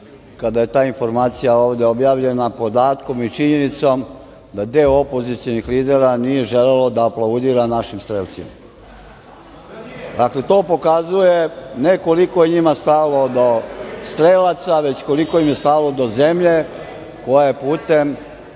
kada je ta informacija ovde objavljena podatkom i činjenicom da deo opozicionih lidera nije želelo da aplaudira našim strelcima. Dakle, to pokazuje ne koliko je njima stalo do strelaca, nego koliko im je stalo do zemlje koja je putem